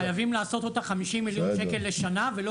חייבים לעשות אותה 50 מיליון שקל לשנה ולא